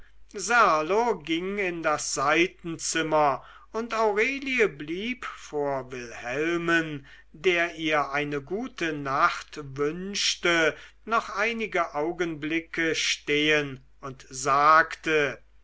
serlo ging in das seitenzimmer und aurelie blieb vor wilhelmen der ihr eine gute nacht wünschte noch einige augenblicke stehen und sagte